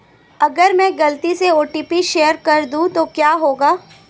अगर मैं गलती से ओ.टी.पी शेयर कर दूं तो क्या होगा?